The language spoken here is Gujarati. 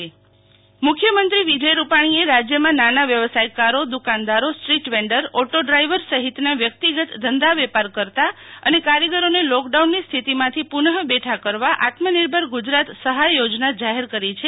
શિતલ વૈશ્નવ આત્મનિર્ભર ગુજરાત યોજના મુખ્યમંત્રી વિજય રૂપાણીએ રાજયમાં નાના વ્યવસાયકારો દુકાનદારો સ્ટ્રીટ વેન્ડર ઓટો ડ્રાઈવર સહિતના વ્યકિતગત ધંધા વેપાર કરતાં અને કારીગરોને લોકડાઉનની સ્થિતિમાંથી પુનબેઠા કરવા આત્મનિર્ભર ગુજરાત સહાય યોજના જાહેર કરી છે